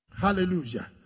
Hallelujah